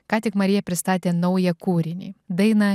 ką tik marija pristatė naują kūrinį dainą